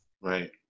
Right